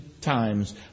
times